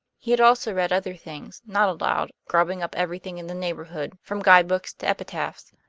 he had also read other things, not aloud, grubbing up everything in the neighborhood, from guidebooks to epitaphs,